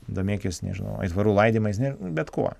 domėkis nežinau aitvarų laidymais ne nu bet kuo